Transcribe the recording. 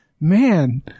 man